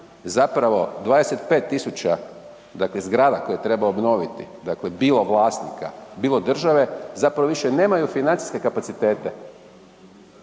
zapravo 25.000 zgrada koje treba obnoviti bilo vlasnika, bilo države više nemaju financijske kapacitete,